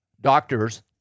doctors